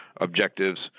objectives